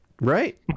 Right